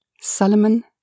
Solomon